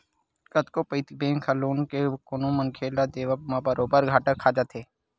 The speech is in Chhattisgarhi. कतको पइत बेंक ह लोन के कोनो मनखे ल देवब म बरोबर घाटा खा जाथे